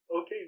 Okay